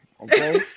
okay